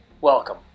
Welcome